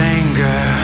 anger